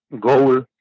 goal